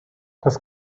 das